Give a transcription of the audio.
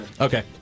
Okay